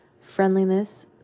friendliness